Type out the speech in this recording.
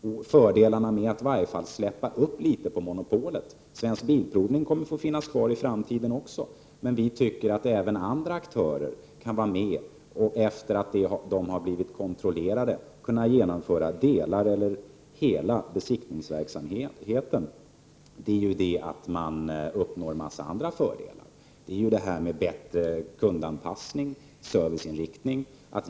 Om man släppte litet på monopolet skulle Svensk Bilprovning få finnas kvar också i framtiden, men vi anser att även andra aktörer bör kunna vara med och ta hand om delar av eller hela besiktningsverksamheten efter det att de kontrollerats. Då skulle man uppnå en mängd andra fördelar, bl.a. bättre kundanpassning och serviceinriktning.